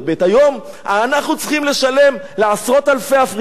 היום אנחנו צריכים לשלם לעשרות אלפי אפריקנים.